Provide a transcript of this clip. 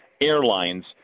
airlines